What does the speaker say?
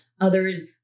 others